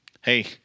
Hey